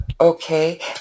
Okay